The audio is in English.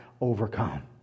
overcome